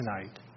tonight